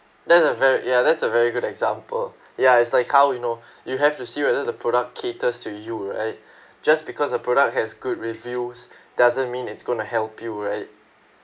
that's a very ya that's a very good example ya is like how you know you have to see whether the product caters to you right just because the product has good reviews doesn't mean it's going to help you right